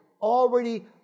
already